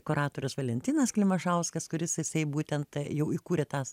kuratorius valentinas klimašauskas kuris isai būtent jau įkūrė tas